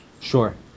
Sure